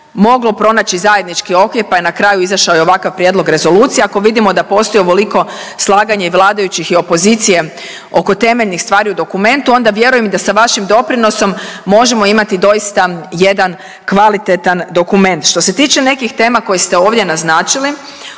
moglo pronaći zajednički okvir, pa je na kraju izašao i ovakav prijedlog rezolucije. Ako vidimo da postoji ovoliko slaganje i vladajućih i opozicije oko temeljnih stvari u dokumentu onda vjerujem da i sa vašim doprinosom možemo imati doista jedan kvalitetan dokument. Što se tiče nekih tema koje ste ovdje naznačili